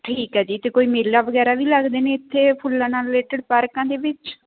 ਠੀਕ ਹੈ ਜੀ ਅਤੇ ਕੋਈ ਮੇਲਾ ਵਗੈਰਾ ਵੀ ਲੱਗਦੇ ਨੇ ਇੱਥੇ ਫੁੱਲਾਂ ਨਾਲ ਰਿਲੇਟਡ ਪਾਰਕਾਂ ਦੇ ਵਿੱਚ